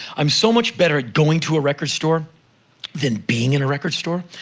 i'm so much better at going to a record store than being in a record store.